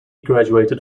graduated